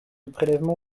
prélèvements